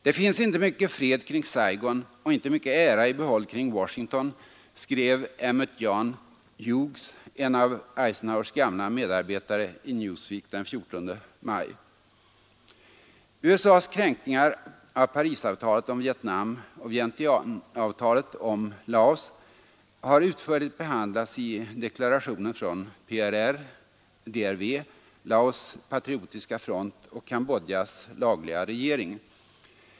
”Det finns inte mycket fred kring Saigon och inte mycket ära i behåll kring Washington”, skrev Emmet John Hughes, en av Eisenhowers gamla medarbetare, i Newsweek den 14 maj. USA s kränkningar av Parisavtalet om Vietnam och Vientianeavtalet om Laos har utförligt behandlats i deklarationer från PRR, DRV, Laos patriotiska front och Cambodjas lagliga regering.